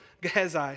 Gehazi